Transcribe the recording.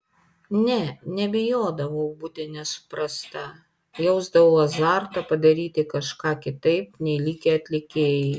ne nebijodavau būti nesuprasta jausdavau azartą padaryti kažką kitaip nei likę atlikėjai